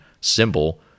symbol